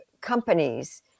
companies